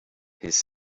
his